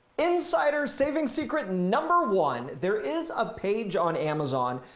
insider saving secret and number one, there is a page on amazon,